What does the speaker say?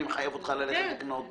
אני מחייב אותך ללכת לקנות